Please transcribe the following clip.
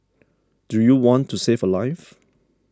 do you want to save a life